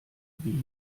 wie